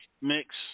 mix